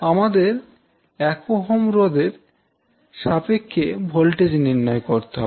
আমাদের 1Ω রোধের সাপেক্ষে ভোল্টেজ নির্ণয় করতে হবে